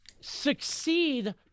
succeed